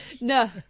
No